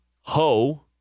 Ho